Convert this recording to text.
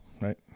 Right